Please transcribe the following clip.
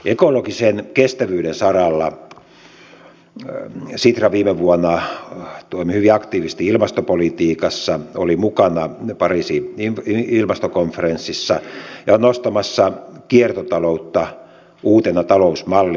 ekologisen kestävyyden saralla sitra viime vuonna toimi hyvin aktiivisesti ilmastopolitiikassa oli mukana pariisin ilmastokonferenssissa ja on nostamassa kiertotaloutta uutena talousmallina esille